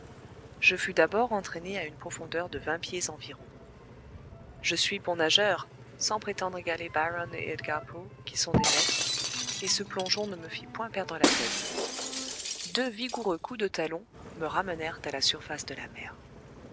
je fus d'abord entraîné à une profondeur de vingt pieds environ je suis bon nageur sans prétendre égaler byron et edgar poe qui sont des maîtres et ce plongeon ne me fit point perdre la tête deux vigoureux coups de talons me ramenèrent à la surface de la mer